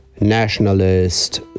nationalist